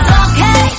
okay